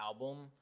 album